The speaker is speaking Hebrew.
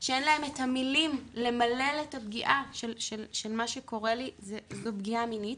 שאין להן את המילים למלל את הפגיעה של מה שקורה לי זו פגיעה מינית.